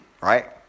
right